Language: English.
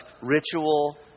ritual